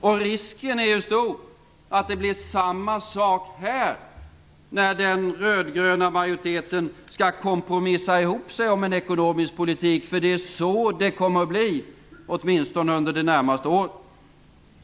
Och risken är ju att det blir samma sak här när den rödgröna majoriteten skall kompromissa ihop sig om en ekonomisk politik, för det är så det kommer att bli, åtminstone under de närmaste åren.